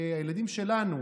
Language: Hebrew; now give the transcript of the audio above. הילדים שלנו,